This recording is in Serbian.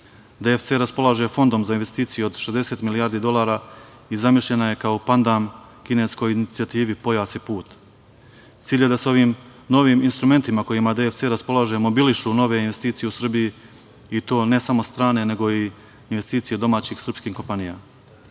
DFC raspolaže fondom za investicije od 60 milijardi dolara i zamišljena je kao pandam kineskoj inicijativi „Pojas i put“.Cilj je da se ovim novim instrumentima, kojima DFC, raspolaže mobilišu nove investicije u Srbiji, i to ne samo strane, nego i investicije domaćih srpskih